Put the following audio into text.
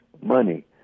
money